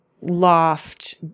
loft